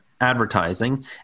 advertising